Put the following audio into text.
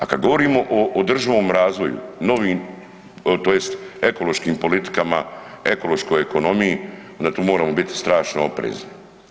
A kad govorimo o, o održivom razvoju, novim tj. ekološkim politikama, ekološkoj ekonomiji onda tu moramo bit strašno oprezni.